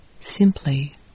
Simply